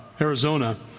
Arizona